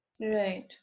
Right